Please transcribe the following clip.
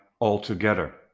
altogether